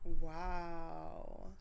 Wow